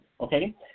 okay